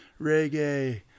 reggae